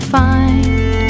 find